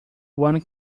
one